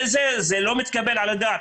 זה לא מתקבל על הדעת.